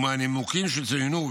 ומהנימוקים שצוינו,